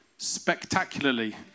spectacularly